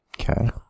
Okay